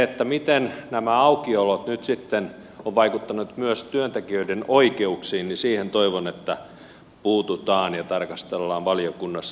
siihen miten nämä aukiolot nyt sitten ovat vaikuttaneet myös työntekijöiden oikeuksiin toivon että puututaan ja tarkastellaan valiokunnassa